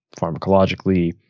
pharmacologically